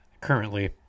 currently